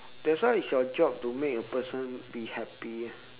that's why it's your job to make a person be happy